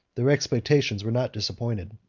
their expectations were not disappointed.